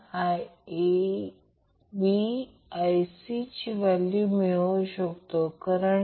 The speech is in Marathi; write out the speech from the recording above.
तर समान दिसणारी आकृतीमध्ये Vab हा Van ला 30° ने कमी करेल